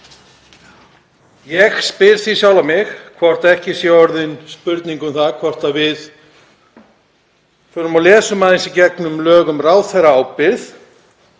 Ég spyr sjálfan mig hvort ekki sé orðin spurning um það að við förum og lesum aðeins í gegnum lög um ráðherraábyrgð.